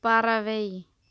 பறவை